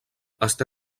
està